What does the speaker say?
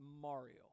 Mario